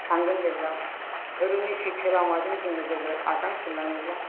थांगोन जेब्ला धोरोमनि सैथो लामाजों जोङो जेब्ला आगान सुरलाङोब्ला